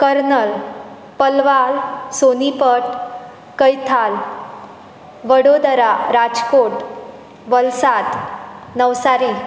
Karnal Palwal Sonipat Kaithal Vadodara Rajkot Valsad Navsari